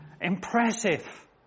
Impressive